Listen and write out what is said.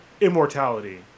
immortality